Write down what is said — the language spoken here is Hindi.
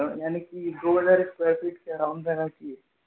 यानि कि दो हजार स्क्वायर फिट के अराउंड रहना चाहिए